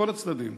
מכל הצדדים,